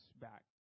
back